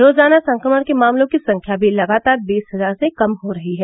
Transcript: रोजाना संक्रमण के मामलों की संख्या भी लगातार बीस हजार से कम हो रही है